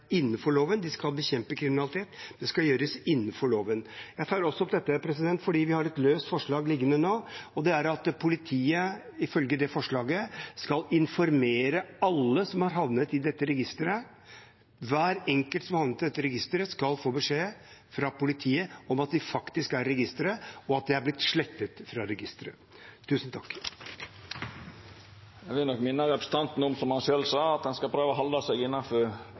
innenfor loven. De skal bekjempe kriminalitet. Det skal gjøres innenfor loven. Jeg tar det opp også fordi vi har et løst forslag liggende, og ifølge det skal politiet informere alle som har havnet i dette registeret. Hver enkelt som har havnet i dette registeret, skal få beskjed fra politiet om at de faktisk er i registeret, og at de er blitt slettet fra registeret. Eg vil minna representanten om at han, som han sjølv sa, prøver å halda seg innanfor saka ein diskuterer i Stortinget. Denne saka trur eg nok at me får god tid til å